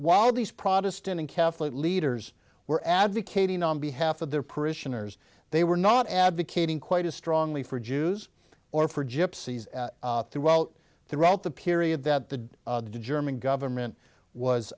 while these protestant and catholic leaders were advocating on behalf of their parishioners they were not advocating quite as strongly for jews or for gypsies throughout throughout the period that the german government was